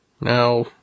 Now